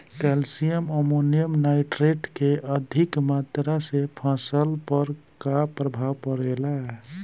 Calcium ammonium nitrate के अधिक मात्रा से फसल पर का प्रभाव परेला?